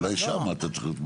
אולי שם אתה צריך להיות מודאג.